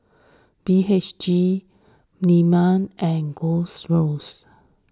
B H G Milan and Gold Roast